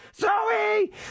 Zoe